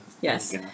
Yes